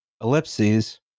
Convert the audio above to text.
ellipses